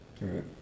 Right